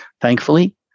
thankfully